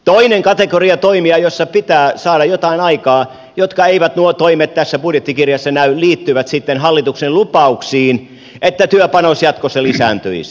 toinen kategoria toimia jossa pitää saada jotain aikaan ja jotka toimet eivät tässä budjettikirjassa näy liittyvät sitten hallituksen lupauksiin että työpanos jatkossa lisääntyisi